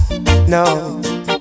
no